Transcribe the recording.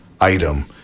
item